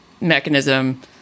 mechanism